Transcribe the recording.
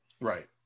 Right